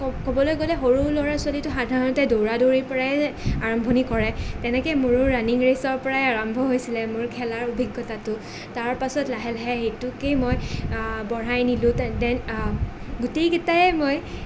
ক'বলৈ গ'লে সৰু ল'ৰা ছোৱালী সাধাৰণতে দৌৰা দৌৰি পৰাই আৰম্ভণি কৰে তেনেকৈ মোৰো ৰাণিং ৰেচৰ পৰাই আৰম্ভ হৈছিলে মোৰ খেলাৰ অভিজ্ঞতাটো তাৰ পাছত লাহে লাহে সেইটোকে মই বঢ়াই নিলোঁ তেন ডেন গোটেইকেইটাই মই